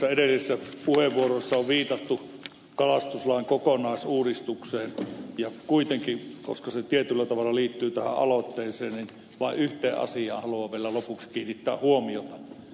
edellisissä puheenvuoroissa on viitattu kalastuslain kokonaisuudistukseen ja koska se tietyllä tavalla liittyy tähän aloitteeseen vain yhteen asiaan haluan vielä lopuksi kiinnittää huomiota